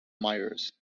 myers